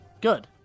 good